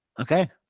Okay